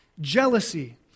jealousy